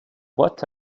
what